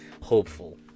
hopeful